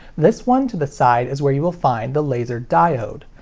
this one to the side is where you will find the laser diode.